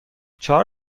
چهار